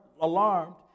alarmed